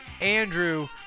Andrew